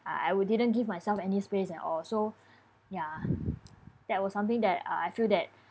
I I didn't give myself any space at all so ya that was something that uh I feel that